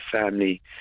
family